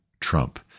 Trump